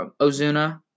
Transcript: Ozuna